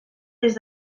des